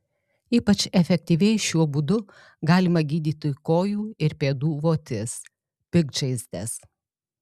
ypač efektyviai šiuo būdu galima gydyti kojų ir pėdų votis piktžaizdes